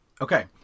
Okay